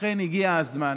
לכן הגיע הזמן